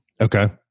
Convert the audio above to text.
Okay